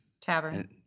Tavern